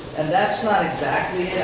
and that's not exactly